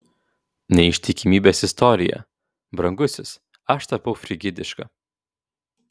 neištikimybės istorija brangusis aš tapau frigidiška